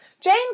Jane